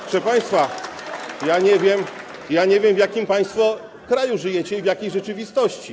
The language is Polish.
Proszę państwa, ja nie wiem, w jakim państwo kraju żyjecie i w jakiej rzeczywistości.